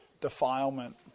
defilement